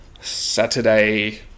Saturday